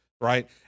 right